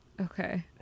Okay